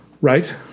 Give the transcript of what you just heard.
Right